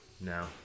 no